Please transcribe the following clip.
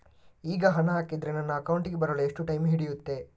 ಈಗ ಹಣ ಹಾಕಿದ್ರೆ ನನ್ನ ಅಕೌಂಟಿಗೆ ಬರಲು ಎಷ್ಟು ಟೈಮ್ ಹಿಡಿಯುತ್ತೆ?